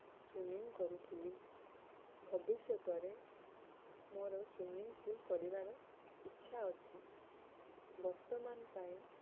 swimming କରୁଥିଲି ଭବିଷ୍ୟତରେ ମୋର ସୁଇମିଂ ପୁଲ୍ କରିବାର ଇଚ୍ଛା ଅଛି ବର୍ତ୍ତମାନ ପାଇଁ